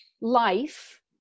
life